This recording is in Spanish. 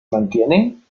mantienen